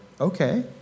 okay